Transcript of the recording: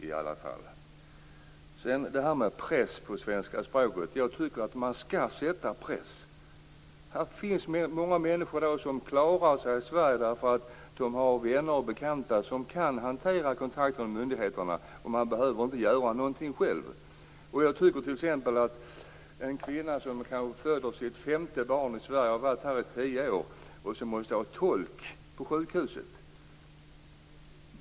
Vad gäller att sätta press när det gäller svenska språket tycker jag att man skall sätta press på dem det gäller. Det finns många människor som klarar sig i Sverige därför att de har vänner och bekanta som kan hantera kontakten med myndigheterna. De behöver då inte göra någonting själva. En kvinna kan t.ex. ha varit i Sverige i tio år och kanske ha fött sitt femte barn här men måste ändå ha tolk på sjukhuset.